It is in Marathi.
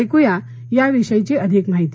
ऐकुया याविषयीची अधिक माहिती